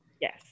Yes